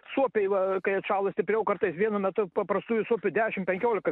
suopiai va kai atšąla stipriau kartais vienu metu paprastųjų suopių dešim penkiolika